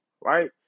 right